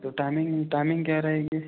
तो timing timing क्या रहेगी